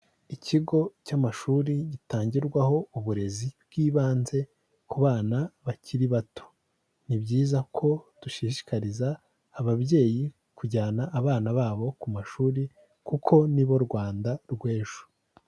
Ikigo cy'amashuri gitangirwaho uburezi bw'ibanze ku bana bakiri bato, ni byiza ko dushishikariza ababyeyi kujyana abana babo ku mashuri kuko ni bo Rwanda rw'ejo.